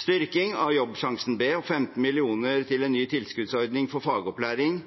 Styrking av Jobbsjansen del B og 15 mill. kr til en ny tilskuddsordning for fagopplæring